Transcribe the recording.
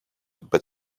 but